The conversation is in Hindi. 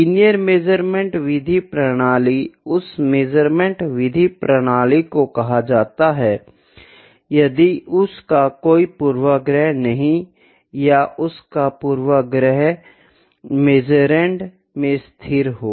लीनियर मेज़रमेंट विधि प्रणाली उस मेज़रमेंट विधि प्रणाली को कहा जाता है यदि उसका कोई पूर्वाग्रह नहीं है या उसका पूर्वाग्रह मेंअसुरंड में स्थिर है